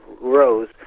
rose